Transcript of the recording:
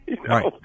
Right